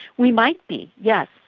we might be, yes.